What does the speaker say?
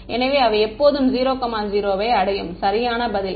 எனவே அவை எப்போதும் 00 வை அடையும் சரியான பதில்